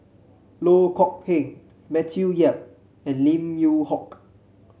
Loh Kok Heng Matthew Yap and Lim Yew Hock